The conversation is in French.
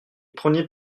premiers